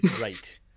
Right